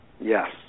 Yes